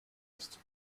ist